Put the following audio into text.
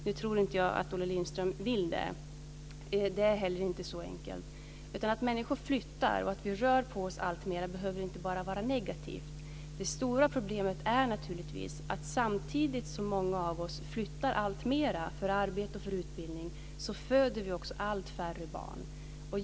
Det tror jag inte att Olle Lindström vill, och det är inte heller så enkelt. Att människor flyttar och att vi rör på oss alltmer behöver bara inte vara negativt. Det stora problemet är att samtidigt som många av oss flyttar alltmer för arbete och utbildning föder vi allt färre barn.